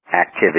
activity